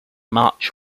march